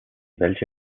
welche